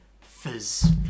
fizz